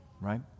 right